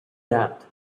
that